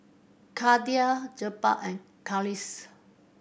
Khadija Jebat and Khalish